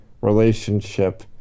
relationship